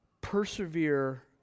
persevere